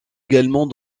également